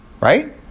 right